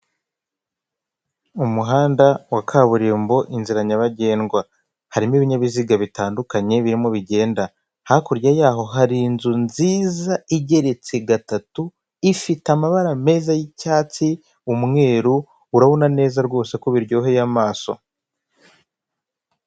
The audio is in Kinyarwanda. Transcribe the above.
Umuhanda wa kaburimbo inzira nyabagendwa, harimo ibinyabiziga bitandukanye, birimo bigenda hakurya yaho hari inzu nziza igeretse gatatu, ifite amabara meza y'icyatsi umweru urabona neza rwose ko biryoheye amaso.